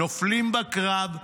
נופלים בקרב,